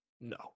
No